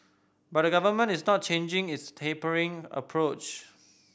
but the government is not changing its tapering approach